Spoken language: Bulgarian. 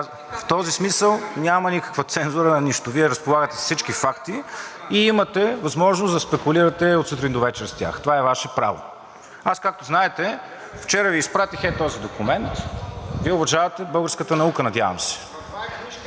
В този смисъл няма никаква цензура на нищо. Вие разполагате с всички факти и имате възможност да спекулирате от сутрин до вечер с тях. Това е Ваше право. Както знаете, аз вчера Ви изпратих ей този документ (показва). Вие уважавате българската наука, надявам се.